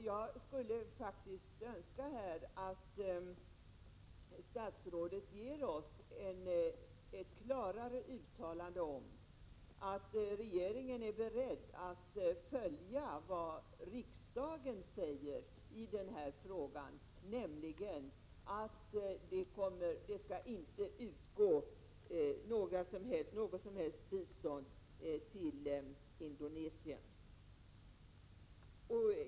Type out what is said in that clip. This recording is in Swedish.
Jag skulle faktiskt önska att statsrådet klarare uttalar att regeringen är beredd att följa vad riksdagen sagt i denna fråga, nämligen att det inte skall utgå något som helst bistånd till Indonesien.